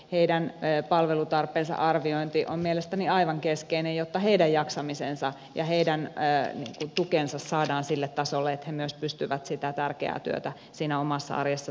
heidän palvelutarpeensa arviointi on mielestäni aivan keskeistä jotta heidän jaksamisensa ja heidän tukensa saadaan sille tasolle että he myös pystyvät sitä tärkeää työtä siinä omassa arjessaan tekemään